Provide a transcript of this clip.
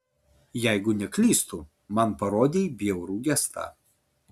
jeigu neklystu man parodei bjaurų gestą